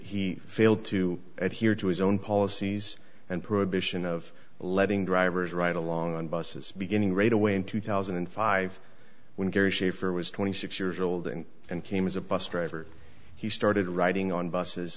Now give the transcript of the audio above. he failed to adhere to his own policies and prohibition of letting drivers right along on buses beginning right away in two thousand and five when gary schaefer was twenty six years old and and came as a bus driver he started riding on buses